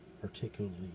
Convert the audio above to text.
particularly